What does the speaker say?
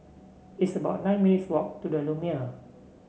it's about nine minutes' walk to the Lumiere